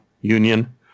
Union